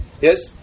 Yes